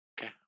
Okay